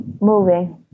Moving